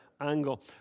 angle